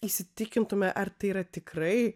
įsitikintume ar tai yra tikrai